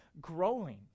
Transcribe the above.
growing